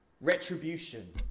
retribution